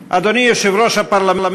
(מחיאות כפיים) אדוני יושב-ראש הפרלמנט,